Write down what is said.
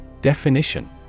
DEFINITION